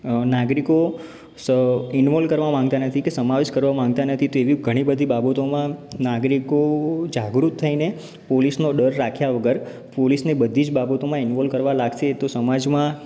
અ નાગરિકો સ ઇન્વોલ્વ કરવા માગતા નથી કે સમાવેશ કરવા માગતા નથી તેવી ઘણી બધી બાબતોમાં નાગરિકો જાગૃત થઇને પોલીસનો ડર રાખ્યા વગર પોલીસને બધી જ બાબતોમાં ઇન્વોલ્વ કરવા લાગશે તો સમાજમાં